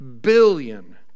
billion